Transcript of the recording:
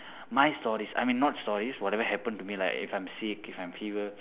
my stories I mean not stories whatever happen to me right if I'm sick if I'm fever